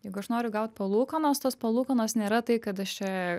jeigu aš noriu gaut palūkanos tos palūkanos nėra tai kad aš čia